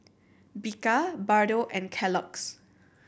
Bika Bardot and Kellogg's